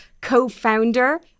co-founder